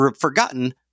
forgotten